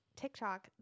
tiktok